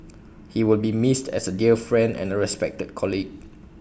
he will be missed as A dear friend and A respected colleague